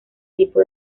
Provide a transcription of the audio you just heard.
tipo